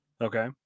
okay